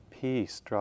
peace